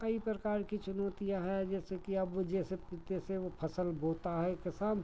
कई प्रकार की चुनौतियाँ है जैसे कि अब जैसे कि तैसे वो फसल बोता है किसान